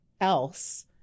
else